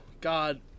God